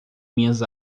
minhas